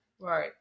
right